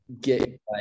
get